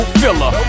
filler